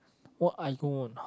what I go on